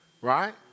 Right